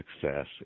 success